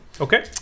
Okay